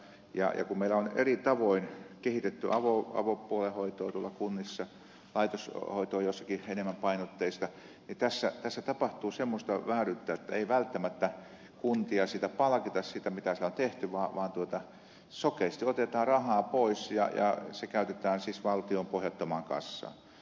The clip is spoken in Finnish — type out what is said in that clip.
ja kun meillä on eri tavoin kehitetty avopuolen hoitoa tuolla kunnissa joissakin enemmän laitoshoitopainotteista niin tässä tapahtuu semmoista vääryyttä että ei välttämättä kuntia siitä palkita mitä siellä on tehty vaan sokeasti otetaan rahaa pois ja se käytetään siis valtion pohjattomaan kassaan